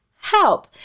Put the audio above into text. help